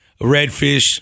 redfish